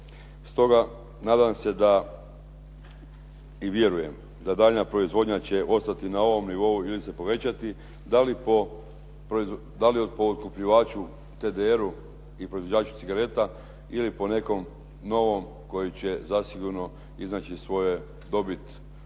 Stoga, nadam se da i vjerujem da daljnja proizvodnja će ostati na ovom nivou ili se povećati, da li po otkupljivaču TDR-u i proizvođaču cigareta ili po nekom novom koji će zasigurno iznaći svoju dobit